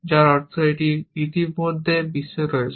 যার অর্থ এটি ইতিমধ্যে বিশ্বে রয়েছে